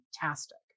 fantastic